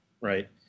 right